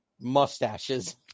mustaches